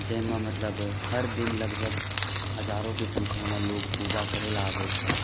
जाहिमे मतलब हरदिन लगभग हजारोके संख्यामे लोक पूजा करय लए आबै छै